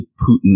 Putin